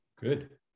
good